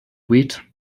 wheat